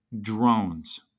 drones